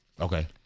Okay